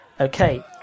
okay